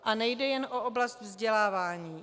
A nejde jen o oblast vzdělávání.